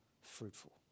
fruitful